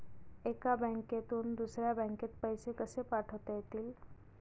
एका बँकेतून दुसऱ्या बँकेत पैसे कसे पाठवता येतील?